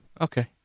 Okay